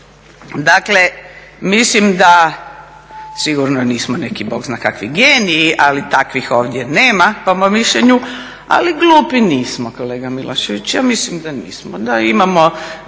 Dakle, mislim da sigurno nismo neki Bog zna kakvi geniji, ali takvih ovdje nema po mom mišljenju, ali glupi nismo, kolega Milošević, ja mislim da nismo. Da imamo